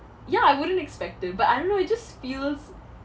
ya I wouldn't expect it but I don't know it just feels